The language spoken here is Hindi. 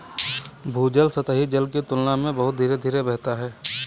भूजल सतही जल की तुलना में बहुत धीरे धीरे बहता है